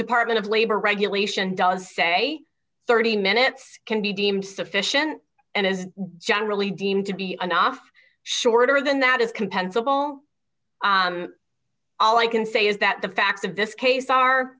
department of labor regulation does say thirty minutes can be deemed sufficient and is generally deemed to be enough shorter than that is compensable all i can say is that the facts of this case are